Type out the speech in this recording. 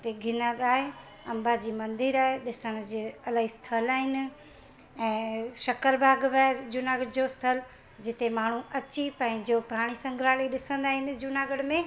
हिते गिरनार आहे अंबाजी मंदिर आहे ॾिसण जे इलाही स्थल आहिनि ऐं सक्करबाग बि आहे जूनागढ़ जो स्थल जिते माण्हू अची पंहिंजो प्राणी संग्रालय बि ॾिसंदा आहिनि जूनागढ़ में